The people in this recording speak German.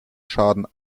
schaden